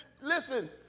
Listen